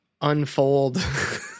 unfold